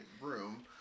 room